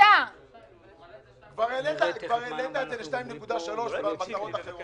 כבר העלית את זה ל-2.3 במטרות אחרות.